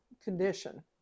condition